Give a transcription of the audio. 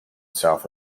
south